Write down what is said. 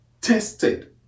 tested